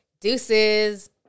Deuces